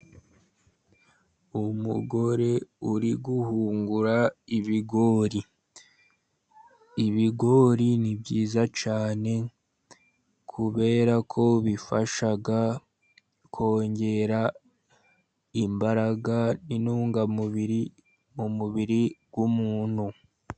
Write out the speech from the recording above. Umugore uri guhungura ibigori. Ibigori ni byiza cyane kubera ko bifasha kongera imbaraga, n' intungamubiri mu mubiri w'umuntu.